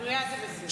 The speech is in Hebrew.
הזויה זה בסדר.